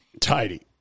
Tidy